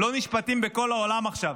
לא נשפטים בכל העולם עכשיו,